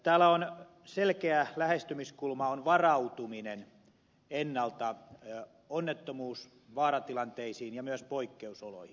täällä on selkeä lähestymiskulma varautuminen ennalta onnettomuus vaaratilanteisiin ja myös poikkeusoloihin